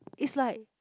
is like